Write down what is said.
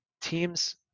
teams